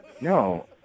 No